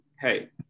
hey